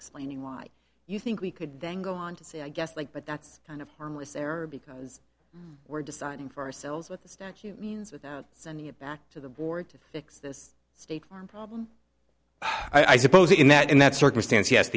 explaining why you think we could then go on to say i guess like but that's kind of harmless error because we're deciding for ourselves with the statute means without sending it back to the board to fix this state farm problem i suppose in that in that circumstance